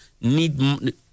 need